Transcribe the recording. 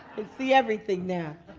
see everything now.